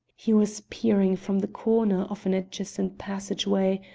he was peering from the corner of an adjacent passageway,